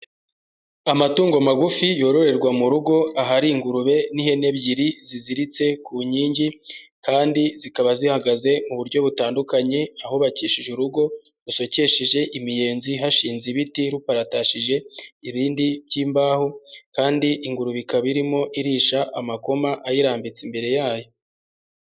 Amatungo magufi, yororerwa mu rugo, ahari ingurube n'ihene ebyiri ziziritse ku nkingi kandi zikaba zihagaze mu buryo butandukanye ahubakishije urugo rusokesheje imiyenzi, hashinze ibiti, ruparatashije ibindi by'imbaho kandi ingurube ikaba irimo irisha amakoma ayirambitse imbere yayo.